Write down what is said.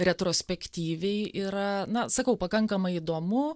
retrospektyviai yra na sakau pakankamai įdomu